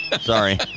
Sorry